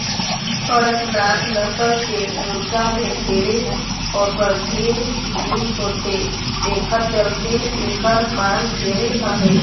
कड़कनाथ नसल के मुरगा में ढेरे औसधीय गुन होथे तेखर चलते एखर मांग ढेरे अहे